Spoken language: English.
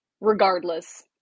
regardless